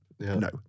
No